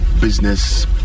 business